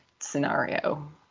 scenario